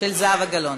של זהבה גלאון.